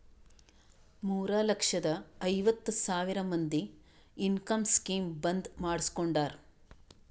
ಮೂರ ಲಕ್ಷದ ಐವತ್ ಸಾವಿರ ಮಂದಿ ಇನ್ಕಮ್ ಸ್ಕೀಮ್ ಬಂದ್ ಮಾಡುಸ್ಕೊಂಡಾರ್